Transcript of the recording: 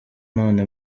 none